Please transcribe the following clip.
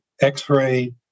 x-ray